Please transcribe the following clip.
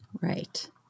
Right